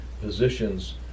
positions